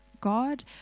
God